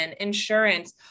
insurance